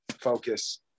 focus